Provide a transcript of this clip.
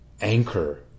anchor